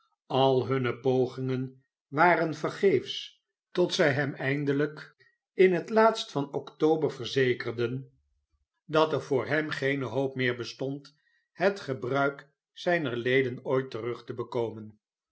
al hunne pogingen waren vergeefs tot zij hem eindelijk in het laatst van october verzekerden dat er voor zijn zoon volgt hem op hem geene hoop meer bestond het gebruik zijner leden ooit terug te bekomen